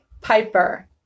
piper